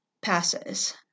passes